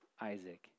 Isaac